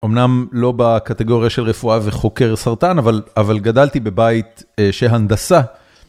אמנם לא בקטגוריה של רפואה וחוקר סרטן, אבל גדלתי בבית שהנדסה